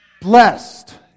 blessed